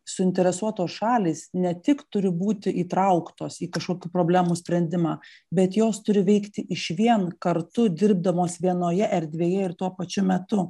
suinteresuotos šalys ne tik turi būti įtrauktos į kažkokių problemų sprendimą bet jos turi veikti išvien kartu dirbdamos vienoje erdvėje ir tuo pačiu metu